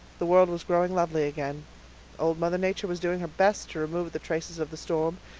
the world was growing lovely again old mother nature was doing her best to remove the traces of the storm,